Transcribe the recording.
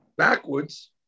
Backwards